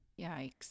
Yikes